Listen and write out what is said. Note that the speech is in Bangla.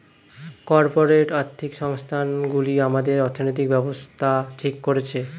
কর্পোরেট আর্থিক সংস্থান গুলি আমাদের অর্থনৈতিক ব্যাবস্থা ঠিক করছে